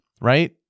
right